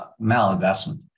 malinvestment